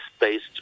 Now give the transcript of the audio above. based